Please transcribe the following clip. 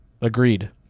Agreed